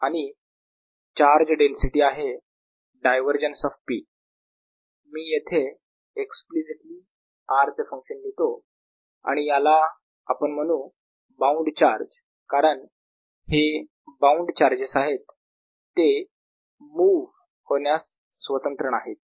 आणि charge density आहे divergence of P मी येथे एक्सप्लिसिटली r चे फंक्शन लिहितो आणि याला आपण म्हणू बाऊंड चार्ज कारण हे बाऊंड चार्जेस आहेत ते मुव्ह होण्यास स्वतंत्र नाहीत